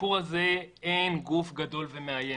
בסיפור הזה אין גוף גדול ומאיים